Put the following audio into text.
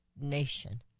nation